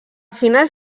finals